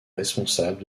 responsable